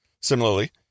Similarly